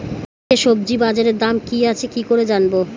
আজকে সবজি বাজারে দাম কি আছে কি করে জানবো?